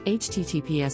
https